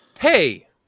Hey